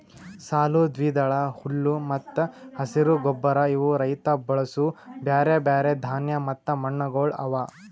ಸಾಲು, ದ್ವಿದಳ, ಹುಲ್ಲು ಮತ್ತ ಹಸಿರು ಗೊಬ್ಬರ ಇವು ರೈತ ಬಳಸೂ ಬ್ಯಾರೆ ಬ್ಯಾರೆ ಧಾನ್ಯ ಮತ್ತ ಮಣ್ಣಗೊಳ್ ಅವಾ